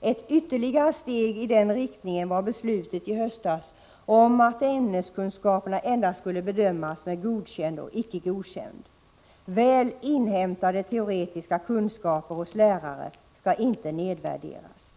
Ett ytterligare steg i denna riktning var beslutet i höstas om att ämneskunskaperna endast skall bedömas med Godkänd och Icke godkänd. Väl inhämtade teoretiska kunskaper hos lärare skall inte nedvärderas.